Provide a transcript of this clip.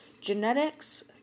genetics